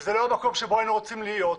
וזה לא המקום שבו היינו רוצים להיות.